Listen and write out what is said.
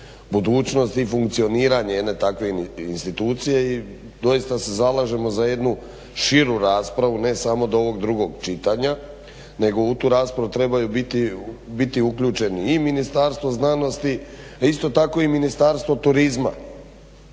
budućnost i funkcioniranje jedne takve institucije i doista se zalažemo za jednu širu raspravu, ne samo do ovog drugog čitanja, nego u tu raspravu trebaju biti uključeni i Ministarstvo znanosti, a isto tako i Ministarstvo turizma,